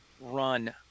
run